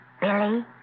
Billy